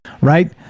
right